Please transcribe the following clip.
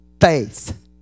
faith